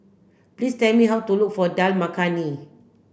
please tell me how to look for Dal Makhani